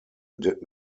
did